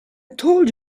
told